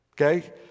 Okay